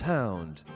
Hound